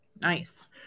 Nice